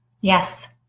Yes